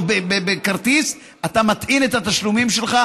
או בכרטיס אתה מטעין את התשלומים שלך,